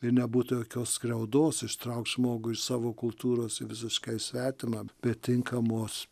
ir nebūtų jokios skriaudos ištraukt žmogų iš savo kultūros į visiškai svetimą be tinkamos